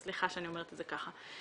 סליחה שאני אומרת את זה ככה.